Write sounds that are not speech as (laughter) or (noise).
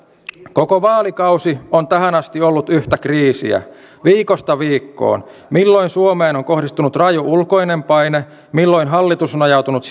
koko vaalikausi on tähän asti ollut yhtä kriisiä viikosta viikkoon milloin suomeen on kohdistunut raju ulkoinen paine milloin hallitus on ajautunut (unintelligible)